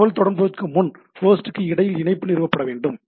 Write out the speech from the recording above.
தகவல்தொடர்பு தொடங்குவதற்கு முன் ஹோஸ்டுக்கு இடையில் இணைப்பு நிறுவப்பட வேண்டும்